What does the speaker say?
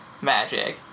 magic